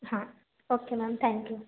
हां okay ma'am thank you